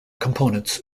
components